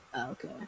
Okay